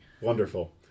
Wonderful